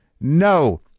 no